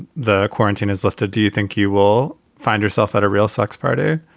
the quarantine is lifted, do you think you will find yourself at a real sex party?